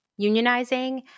unionizing